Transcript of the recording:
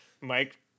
Mike